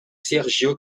sergio